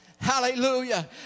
Hallelujah